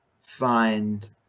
find